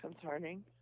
concerning